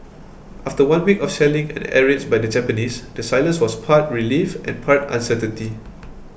after one week of shelling and air raids by the Japanese the silence was part relief and part uncertainty